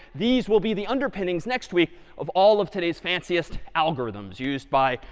these will be the underpinnings next week of all of today's fanciest algorithms used by,